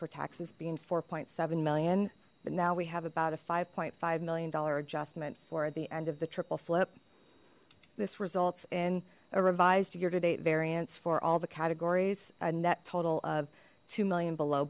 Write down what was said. for taxes being four point seven million but now we have about a five point five million dollar adjustment for the end of the triple flip this results in a revised year to date variance for all the categories a net total of two million below